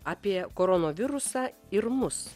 apie koronavirusą ir mus